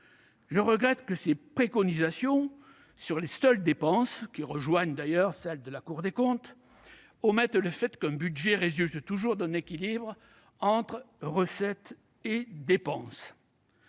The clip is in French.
Je regrette que ces préconisations sur les seules dépenses, qui rejoignent d'ailleurs celles de la Cour des comptes, omettent le fait qu'un budget résulte toujours d'un équilibre entre recettes et dépenses.